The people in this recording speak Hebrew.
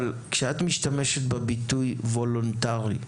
אבל כשאת משתמשת בביטוי: "וולונטרי"